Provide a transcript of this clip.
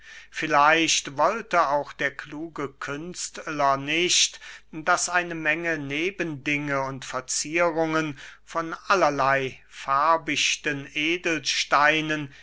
vielleicht wollte auch der kluge künstler nicht daß eine menge nebendinge und verzierungen von allerley farbichten edelsteinen